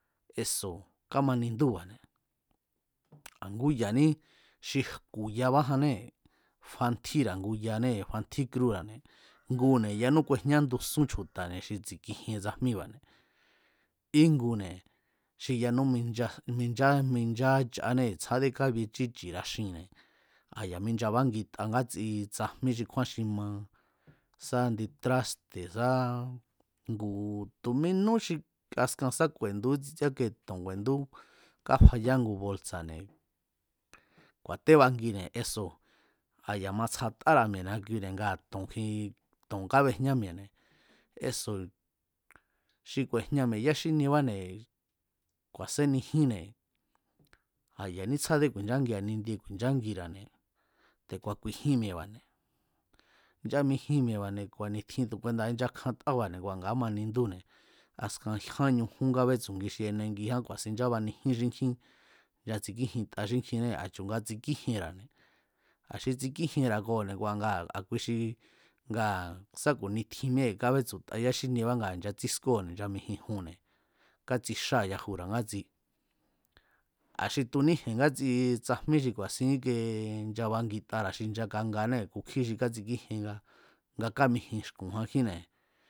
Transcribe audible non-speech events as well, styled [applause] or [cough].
Eso̱ kámanindúba̱ne̱ a̱ngú ya̱ní xi jku̱ yabájannée̱ fantjíra̱ ngu yanée̱ fantjí kjúra̱ne̱ [noise] ngune̱ yanú kuejñandusún chju̱ta̱ne̱ xi tsi̱kijien tsajmíba̱ne̱ íngune̱ xi yanú mincha minchá chanée̱ tsjádé kabie chíchi̱ra̱ xinne̱ a̱ ya̱ minchabángita ngátsi tsajmíra̱, xi kjúán xi ma, sa indi traste̱ sá ngu tu̱ minú i askan sa ku̱e̱ndu ítsie tón ku̱e̱ndú káyá ngu bolsa̱ne̱ ku̱a̱tébangine̱ eso̱ a̱ ya̱ matsjatára̱ mi̱e̱ ni̱akuine̱ nga to̱n kji to̱n kábejñá mi̱e̱ne̱ eso̱ xi ku̱e̱jña mi̱e̱ ya xíniebane̱, ku̱a̱sénijínne̱ a̱ ya̱ní tsjáde ku̱i̱nchángira̱ nindie ku̱i̱nchánjira̱ne̱ te̱ku̱a̱ ku̱i̱jin mi̱e̱ba̱ne̱ nchamijin mi̱e̱ba̱ne̱ ku̱a̱ni̱tjin tu̱kuenda̱a nchakjantába̱ne̱ ngua̱ nga kámanindúne̱, askan jyánñujún kábetsu̱nji enengiján ku̱a̱sin nchábanijín xínkjín nchatsikíjinta xíkjinée̱ a̱chu̱ nga tsikíjienra̱ne̱ a̱ xi tsikíjienra̱ koo̱ne̱ ngua̱ ngaa̱ a̱ kui xi ngaa̱ sá ku̱ni tjinnée̱ ngaa̱ kábetsu̱ta yá xíniebá ngaa̱ nchatsískóo̱ne̱ nchamijinjunne̱, kátsixáa̱ yajura̱ ngátsi a̱ xi tuníji̱e̱n ngátsi tsajmí xi ku̱a̱sín íkie nchabangitara̱ kangaanée̱ kukjí xi kátsikíjien nga kámijin xku̱njankjínne̱